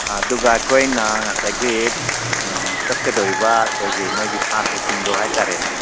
ꯑꯗꯨꯒ ꯑꯩꯈꯣꯏꯅ ꯉꯁꯥꯏꯒꯤ ꯆꯠꯀꯗꯧꯔꯤꯕ ꯑꯩꯈꯣꯏꯒꯤ ꯅꯈꯣꯏꯒꯤ ꯁꯥꯇ꯭ꯔꯥꯁꯤꯡꯗꯣ ꯍꯥꯏꯕ ꯇꯥꯔꯦꯅꯦ